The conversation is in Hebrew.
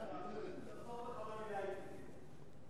תחזור בך מהמלה "אינקוויזיציה".